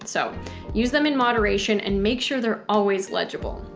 so use them in moderation and make sure they're always legible.